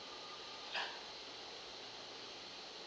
uh